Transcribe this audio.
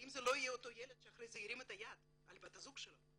האם זה לא יהיה אותו ילד שאחרי זה ירים את היד על בת הזוג שלו?